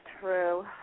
true